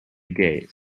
gate